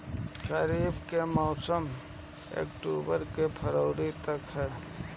रबी के मौसम अक्टूबर से फ़रवरी तक ह